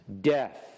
death